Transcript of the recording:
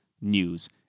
news